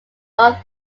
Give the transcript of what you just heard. north